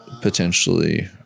potentially